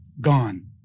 gone